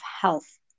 health